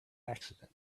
accident